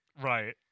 Right